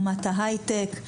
אומת ההייטק,